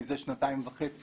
מזה שנתיים וחצי